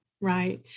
Right